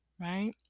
Right